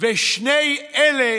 ושני אלה